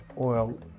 oil